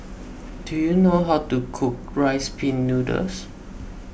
do you know how to cook Rice Pin Noodles